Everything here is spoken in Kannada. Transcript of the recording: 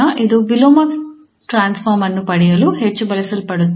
ಇದು ವಿಲೋಮ ಟ್ರಾನ್ಸ್ಫಾರ್ಮ್ ಅನ್ನು ಪಡೆಯಲು ಹೆಚ್ಚು ಬಳಸಲ್ಪಡುತ್ತದೆ